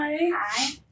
Hi